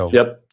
ah yep,